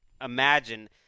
imagine